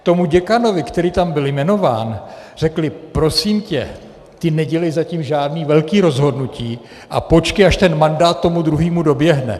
Tomu děkanovi, který tam byl jmenován, řekli: Prosím tě, ty nedělej zatím žádný velký rozhodnutí a počkej, až ten mandát tomu druhýmu doběhne.